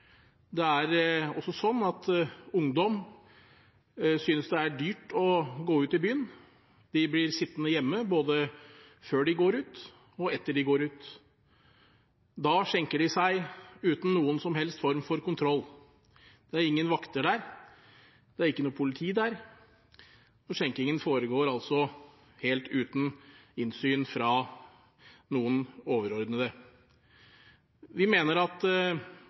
Det er også sånn at ungdom synes det er dyrt å gå ut på byen. De blir sittende hjemme både før de går ut og etter at de har vært ute, og da skjenker de seg uten noen som helst form for kontroll. Det er ingen vakter der, det er ikke noe politi der, skjenkingen foregår altså helt uten tilsyn fra noen overordnede. Vi mener at